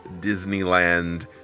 Disneyland